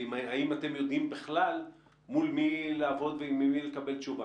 והאם אתם יודעים בכלל מול מי לעבוד וממי לקבל תשובה?